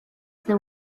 the